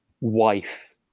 wife